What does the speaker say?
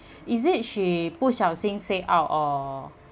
is it she bu xiao xin say out or